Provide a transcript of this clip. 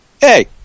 Hey